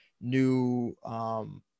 new